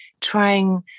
trying